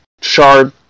shard